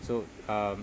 so um